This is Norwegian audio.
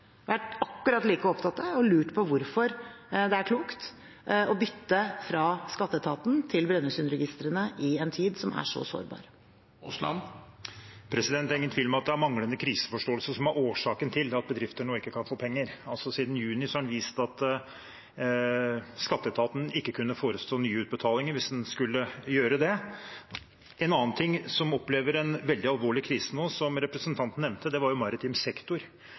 har vært akkurat like opptatt av det og lurt på hvorfor det er klokt å bytte fra skatteetaten til Brønnøysundregistrene i en tid som er så sårbar. Det er ingen tvil om at det er manglende kriseforståelse som er årsaken til at bedrifter nå ikke kan få penger. Siden juni har en visst at skatteetaten ikke kunne forestå nye utbetalinger hvis den skulle gjøre det. En annen sektor som nå opplever en veldig alvorlig krise, som representanten nevnte, er den maritime. At det